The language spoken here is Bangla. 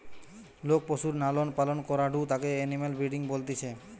লোক পশুর লালন পালন করাঢু তাকে এনিম্যাল ব্রিডিং বলতিছে